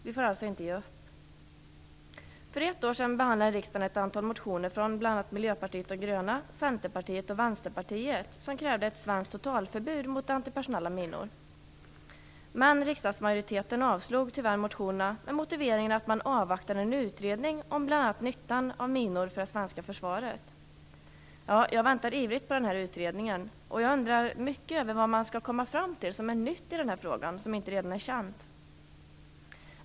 Vi får inte ge upp! För ett år sedan behandlade riksdagen ett antal motioner från bl.a. Miljöpartiet de gröna, Centerpartiet och Vänsterpartiet som krävde ett svenskt totalförbud mot antipersonella minor. Men riksdagsmajoriteten avslog tyvärr motionerna med motiveringen att man avvaktade en utredning om bl.a. nyttan av minor för det svenska försvaret. Ja, jag väntar ivrigt på denna utredning. Jag undrar mycket över vad man skall komma fram till i den här frågan som är nytt och inte redan är känt.